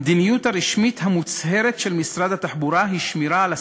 המדיניות הרשמית המוצהרת של משרד התחבורה היא שמירה על הסטטוס-קוו.